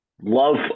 love